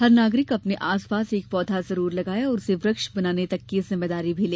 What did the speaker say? हर नागरिक अपने आस पास एक पौधा ज़रूर लगाए और उसे वृक्ष बनाने तक की जिम्मेदारी भी ले